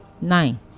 nine